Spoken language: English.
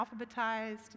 alphabetized